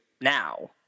now